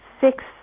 six